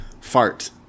fart